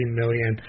million